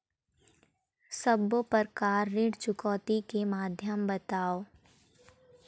सब्बो प्रकार ऋण चुकौती के माध्यम बताव?